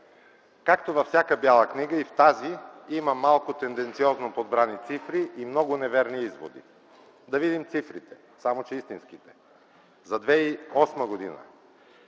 Както във всяка Бяла книга, така и в тази има малко тенденциозно подбрани цифри и много неверни изводи. Да видим цифрите, само че истинските: За 2008 г.